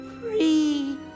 free